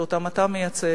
שאותם אתה מייצג,